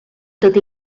tot